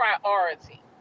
priority